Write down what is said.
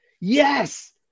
yes